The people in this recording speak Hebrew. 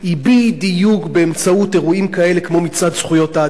בדיוק באמצעות אירועים כאלה כמו מצעד זכויות האדם.